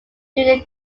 during